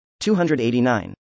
289